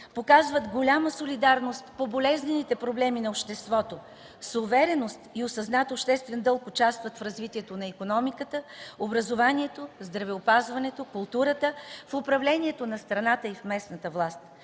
показват голяма солидарност по болезнените проблеми на обществото. С увереност и осъзнат обществен дълг участват в развитието на икономиката, образованието, здравеопазването, културата, в управлението на страната и в местната власт.